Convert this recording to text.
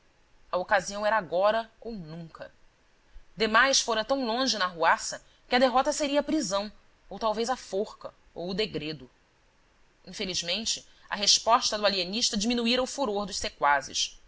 a ocasião era agora ou nunca demais fora tão longe na arruaça que a derrota seria a prisão ou talvez a forca ou o degredo infelizmente a resposta do alienista diminuíra o furor dos